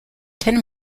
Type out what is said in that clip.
ten